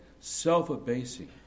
self-abasing